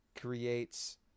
creates